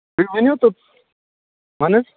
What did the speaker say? تُہۍ ؤنِو تہٕ وَن حظ